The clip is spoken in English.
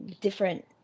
Different